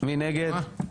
מי נגד?